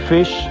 Fish